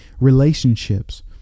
relationships